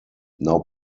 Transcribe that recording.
now